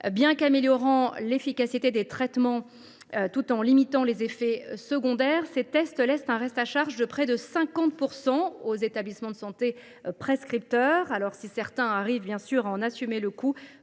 Bien qu’améliorant l’efficacité des traitements tout en limitant les effets secondaires, lesdits tests laissent un reste à charge de près de 50 % aux établissements de santé prescripteurs. Si certains arrivent à en assumer le coût,